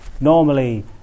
Normally